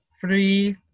three